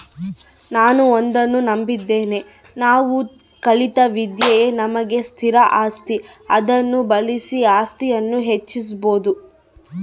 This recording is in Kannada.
ನಾನು ಒಂದನ್ನು ನಂಬಿದ್ದೇನೆ ನಾವು ಕಲಿತ ವಿದ್ಯೆಯೇ ನಮಗೆ ಸ್ಥಿರ ಆಸ್ತಿ ಅದನ್ನು ಬಳಸಿ ಆಸ್ತಿಯನ್ನು ಹೆಚ್ಚಿಸ್ಬೋದು